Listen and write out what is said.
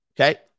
Okay